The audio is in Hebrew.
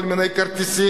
כל מיני כרטיסים.